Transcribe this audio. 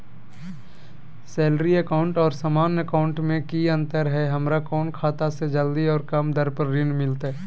Salary account और सामान्य account मे की अंतर है हमरा कौन खाता से जल्दी और कम दर पर ऋण मिलतय?